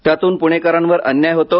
त्यातून प्णेकरांवर अन्याय होतो